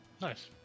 Nice